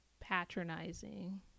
patronizing